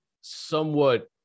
somewhat